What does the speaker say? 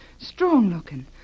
Strong-looking